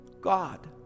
God